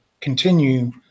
continue